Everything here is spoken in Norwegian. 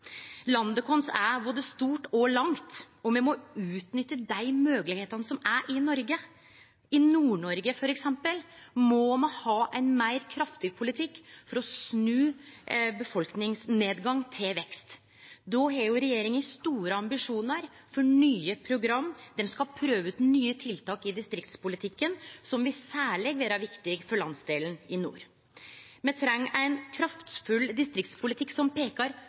Landet vårt er både stort og langt, og me må utnytte dei moglegheitene som er i Noreg. I Nord-Noreg f.eks. må me ha ein kraftigare politikk for å snu befolkningsnedgang til vekst. Regjeringa har store ambisjonar for nye program der ein skal prøve ut nye tiltak i distriktspolitikken som særleg vil vere viktige for landsdelen i nord. Me treng ein kraftfull distriktspolitikk som peikar